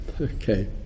Okay